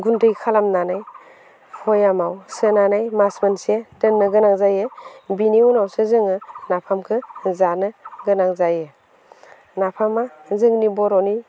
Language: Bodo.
गुन्दै खालामनानै भयामाव सोनानै मास मोनसे दोन्नो गोनां जायो बेनि उनावसो जोङो नाफामखो जानो गोनां जायो नाफामा जोंनि बर'नि